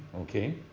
okay